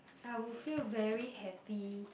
I would feel very happy